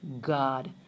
God